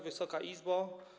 Wysoka Izbo!